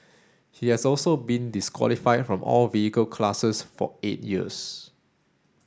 he has also been disqualified from all vehicle classes for eight years